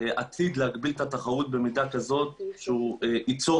הוא עתיד להגביל את התחרות במידה כזאת שהוא ייצור